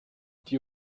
die